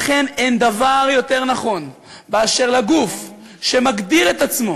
לכן, אין דבר יותר נכון לגוף שמגדיר את עצמו